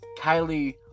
Kylie